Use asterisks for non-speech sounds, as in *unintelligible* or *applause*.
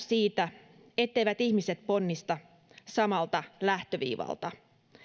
*unintelligible* siitä etteivät ihmiset ponnista samalta lähtöviivalta